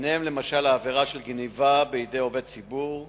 ביניהן למשל העבירה של גנבה בידי עובד ציבור,